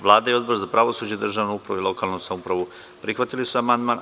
Vlada i Odbor za pravosuđe, državnu upravu i lokalnu samoupravu prihvatili su amandman.